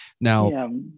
Now